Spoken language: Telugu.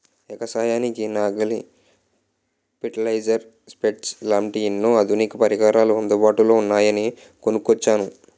ఎగసాయానికి నాగలి, పెర్టిలైజర్, స్పెడ్డర్స్ లాంటి ఎన్నో ఆధునిక పరికరాలు అందుబాటులో ఉన్నాయని కొనుక్కొచ్చాను